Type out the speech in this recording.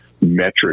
metric